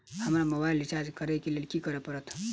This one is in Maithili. हमरा मोबाइल रिचार्ज करऽ केँ लेल की करऽ पड़त?